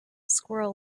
squirrel